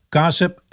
gossip